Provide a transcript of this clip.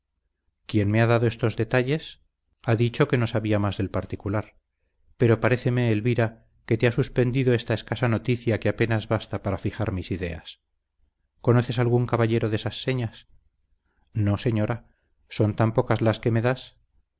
quien me ha dado estos detalles ha dicho que no sabía más del particular pero paréceme elvira que te ha suspendido esta escasa noticia que apenas basta para fijar mis ideas conoces algún caballero de esas señas no señora son tan pocas las que me das